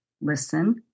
listen